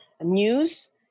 news